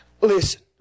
Listen